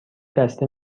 دسته